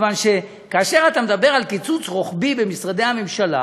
מכיוון שכאשר אתה מדבר על קיצוץ רוחבי במשרדי הממשלה,